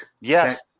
yes